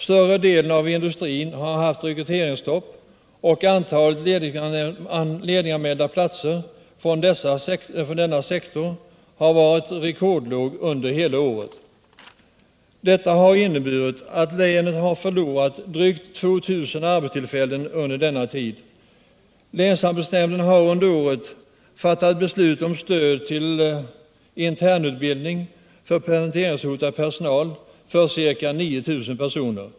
Större delen av industrin har haft rekryteringsstopp, och antalet lediganmälda platser inom denna sektor har varit rekordlågt under hela året. Detta har inneburit att länet under denna tid förlorat drygt 2 000 arbetstillfällen. Länsarbetsnämnden har under året fattat beslut om stöd till internutbildning för permitteringshotad personal. Det gäller i detta fall ca 9 000 personer.